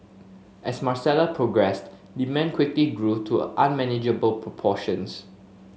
as Marcella progressed demand quickly grew to unmanageable proportions